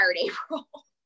April